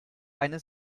eine